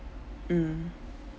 mm